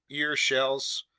ear shells,